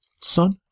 son